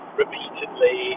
repeatedly